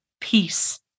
peace